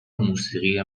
موسیقی